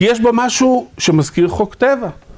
יש בה משהו שמזכיר חוק טבע.